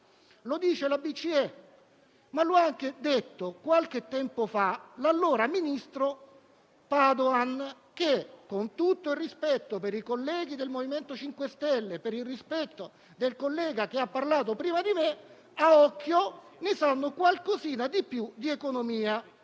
Lo afferma la BCE, ma lo ha anche detto, qualche tempo fa, l'allora ministro Padoan che, con tutto il rispetto per i colleghi del MoVimento 5 Stelle e per il collega che ha parlato prima di me, a occhio ne sa un po' più di loro di economia.